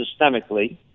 systemically